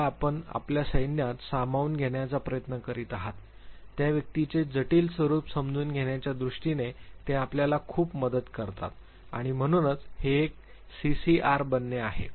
ज्याला आपण आपल्या सैन्यात सामावून घेण्याचा प्रयत्न करीत आहात त्या व्यक्तीचे जटिल स्वरूप समजून घेण्याच्या दृष्टीने ते आपल्याला खूप मदत करतात आणि म्हणूनच हे एक सीसीआर बनणे आहे